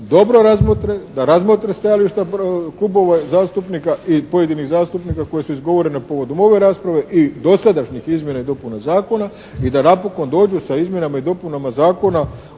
da razmotre stajališta klubova zastupnika i pojedinih zastupnika koja su izgovorena povodom ove rasprave i dosadašnjih izmjena i dopuna zakona i da napokon dođu sa izmjenama i dopunama zakona